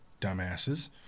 dumbasses